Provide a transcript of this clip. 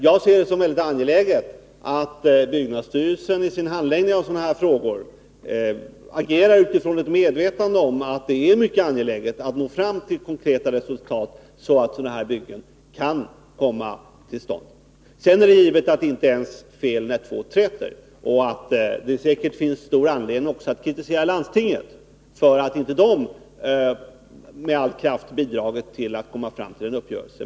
Jag ser det som väldigt angeläget att byggnadsstyrelsen i sin handläggning av sådana här frågor agerar utifrån ett medvetande om att det är viktigt att nå fram till konkreta resultat, så att byggen kan komma till stånd. Det är givet att det inte är ens fel när två träter. Det finns säkert stor anledning att kritisera landstinget för att det inte med all kraft bidragit till att en uppgörelse skulle nås.